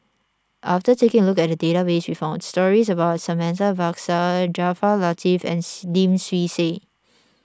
after taking a look at the database we found stories about Santha Bhaskar Jaafar Latiff and Lim Swee Say